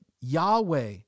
Yahweh